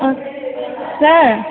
sir